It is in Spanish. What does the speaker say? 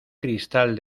cristal